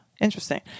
interesting